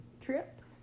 trips